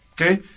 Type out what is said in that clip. okay